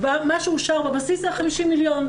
מה שאושר בבסיס זה ה-50 מיליון.